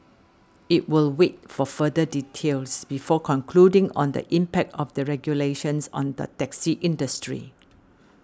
it will wait for further details before concluding on the impact of the regulations on the taxi industry